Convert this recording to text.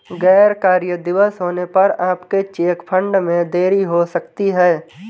गैर कार्य दिवस होने पर आपके चेक फंड में देरी हो सकती है